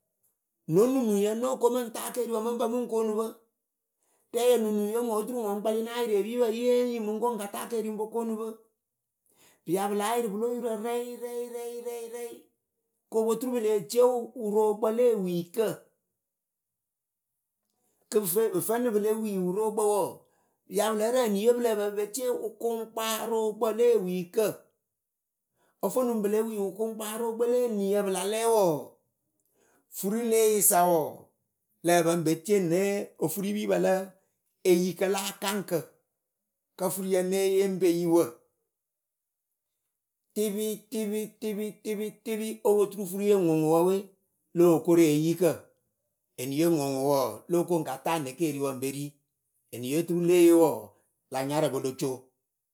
no nunuŋyǝ nóo ko mɨŋ ta keriwu mɨŋ bǝ mɨŋ koonu pɨ. Rɛyǝ nunuŋyɨwe ŋwɨ oturu ŋ kpɛlɩ náa yɩrɩ epiipǝ yiyeeyɨwe ŋ yi mɨŋ ko ŋ ka ta keeriwǝ ŋ po koonu pɨ. pɨya pɨ láa yɩrɩ pɨlo yurǝ rɛyɩ rɛyɩ rɛyɩ rɛyɩ kopoturu pɨ lée tie wɨrookpǝ le ewiikǝ. kɨ pɨ vǝnɨŋ pɨle wi wɨrookpǝ wɔɔ, yapɨ lǝ rǝŋ eniyɨwe pɨ lǝ́ǝ pǝ pɨ pe tie wɨkʊŋkparookpǝ le ewiikǝ. ofonuŋ pɨle wi wɨkʊŋkparookpǝ le eniyǝ pɨla lɛ wɔɔ, furi leeyɨsa wɔɔ lǝ pǝ ŋ pe tie ne ofuripiipǝ le eyikǝ la akaŋkǝ. Kǝ furiyǝ née yee ŋ pe yi wǝ. tɩpɩ tɩpɩ tɩpɩ tɩpɩ tɩpɩ o po turu furiye ŋwɨŋwɨ wǝ we, lóo koru eyikǝ. eniye ŋwɨŋwɨ wɔɔ lóo ko ŋ ka ta ne keeriwǝ ŋ beri eniye oturu wɔɔ la nyarɨpɨ lo co.